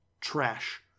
trash